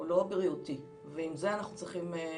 לא בריאותי, ואת זה צריך לפצח.